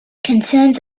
concerns